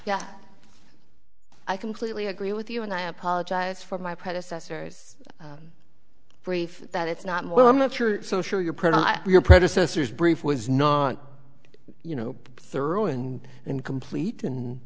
yeah i completely agree with you and i apologize for my predecessors brief that it's not well i'm not sure so sure you're pretty but your predecessors brief was not you know thorough and incomplete and